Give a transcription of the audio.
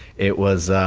it was,